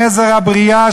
נזר הבריאה,